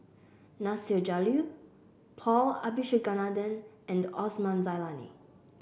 Nasir Jalil Paul Abisheganaden and Osman Zailani